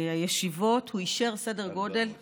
הישיבות הוא אישר סדר גודל של,